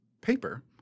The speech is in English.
paper